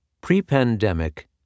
Pre-pandemic